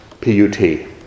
P-U-T